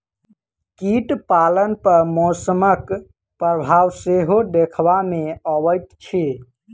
कीट पालन पर मौसमक प्रभाव सेहो देखबा मे अबैत अछि